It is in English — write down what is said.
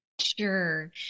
Sure